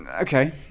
Okay